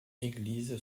église